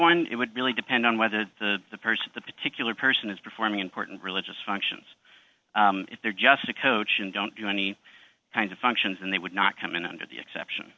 one it would really depend on whether the person the particular person is performing important religious functions if they're just a coach and don't do any kinds of functions and they would not come in under the exception